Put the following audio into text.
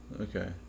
Okay